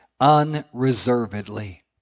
unreservedly